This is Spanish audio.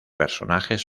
personajes